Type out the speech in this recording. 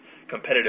competitive